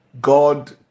God